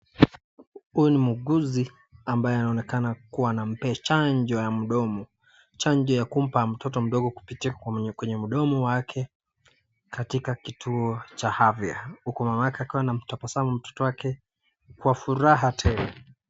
Huyu ni muuguzi ambaye anaonekana kukuwa anampea chanjo ya mdomo , chanjo ya kumpa mtoto mdogo kupitia kwenye mdomo wake katika kituo cha afya huku mamake akiwa anamtabasamu mtoto wake kwa furaha tele.